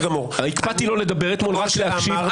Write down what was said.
הקפדתי לא לדבר אתמול ורק להקשיב.